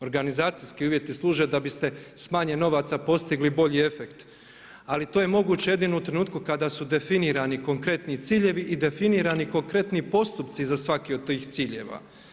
Organizacijski uvjeti služe da biste s manje novaca postigli bolji efekt ali to je moguće jedino u trenutku kada su definirani konkretni ciljevi i definirani konkretni postupci za svaki od tih ciljeva.